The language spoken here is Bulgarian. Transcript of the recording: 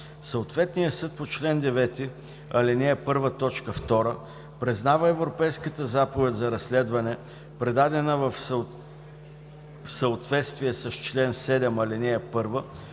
Съответният съд по чл. 9, ал. 1, т. 2 признава Европейската заповед за разследване, предадена в съответствие с чл. 7, ал. 1,